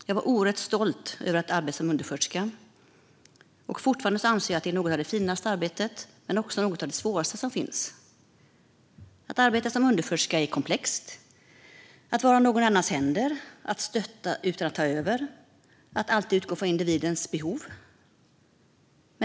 Jag var oerhört stolt över att arbeta som undersköterska och anser fortfarande att det är något av det finaste men också något av det svåraste som finns. Att arbeta som undersköterska är komplext. Man ska vara någon annans händer, stötta utan att ta över och alltid utgå från individens behov.